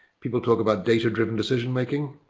people talk about data driven decision making.